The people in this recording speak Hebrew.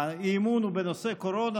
האי-אמון הוא בנושא קורונה,